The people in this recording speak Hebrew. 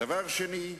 דבר שני,